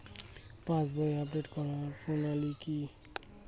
পাসবই update করার প্রণালী কি?